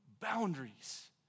boundaries